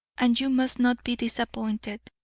and you must not be disappointed.